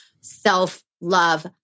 self-love